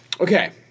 Okay